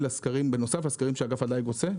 בנוסף לסקרים שאגף הדיג עושה,